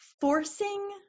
forcing